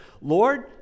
Lord